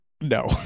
No